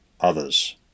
others